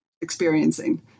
experiencing